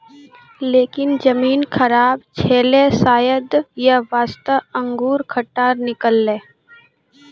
लेकिन जमीन खराब छेलै शायद यै वास्तॅ अंगूर खट्टा निकललै